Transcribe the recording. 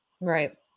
Right